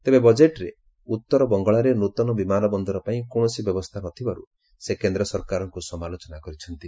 ତେବେ ବଜେଟରେ ଉତ୍ତର ବଙ୍ଗଳାରେ ନୂତନ ବିମାନ ବନ୍ଦର ପାଇଁ କୌଣସି ବ୍ୟବସ୍ଥା ନଥିବାରୁ ସେ କେନ୍ଦ୍ର ସରକାରଙ୍କୁ ସମାଲୋଚନା କରିଛନ୍ତି